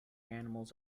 animals